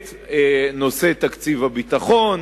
את נושא תקציב הביטחון,